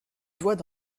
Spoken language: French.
doigts